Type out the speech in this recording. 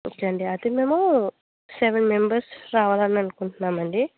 okay అండి అయితే మేము సెవెన్ మెంబెర్స్ రావాలి అని అనుకుంటున్నాం అండి